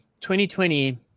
2020